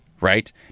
Right